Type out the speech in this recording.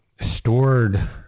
stored